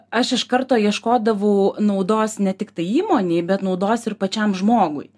aš iš karto ieškodavau naudos ne tik tai įmonei bet naudos ir pačiam žmogui